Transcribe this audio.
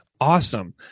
Awesome